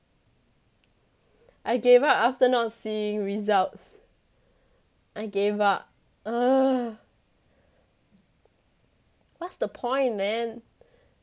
I gave up after not seeing results I gave up ugh what's the point man